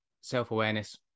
self-awareness